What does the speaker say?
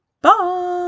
bye